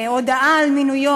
ההודעה על מינויו,